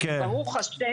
וברוך ה',